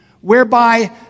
whereby